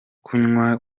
kunywa